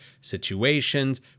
situations